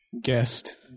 Guest